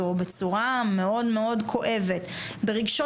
או בצורה מאוד מאוד כואבת ברגשות